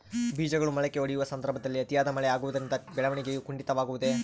ಬೇಜಗಳು ಮೊಳಕೆಯೊಡೆಯುವ ಸಂದರ್ಭದಲ್ಲಿ ಅತಿಯಾದ ಮಳೆ ಆಗುವುದರಿಂದ ಬೆಳವಣಿಗೆಯು ಕುಂಠಿತವಾಗುವುದೆ?